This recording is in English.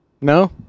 No